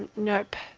and nope.